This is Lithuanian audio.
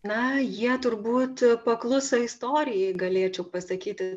na jie turbūt pakluso istorijai galėčiau pasakyti